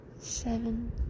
seven